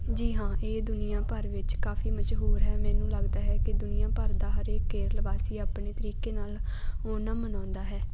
ਜੀ ਹਾਂ ਇਹ ਦੁਨੀਆਂ ਭਰ ਵਿੱਚ ਕਾਫੀ ਮਸ਼ਹੂਰ ਹੈ ਮੈਨੂੰ ਲੱਗਦਾ ਹੈ ਕਿ ਦੁਨੀਆਂ ਭਰ ਦਾ ਹਰ ਕੇਰਲ ਵਾਸੀ ਆਪਣੇ ਤਰੀਕੇ ਨਾਲ ਓਨਮ ਮਨਾਉਂਦਾ ਹੈ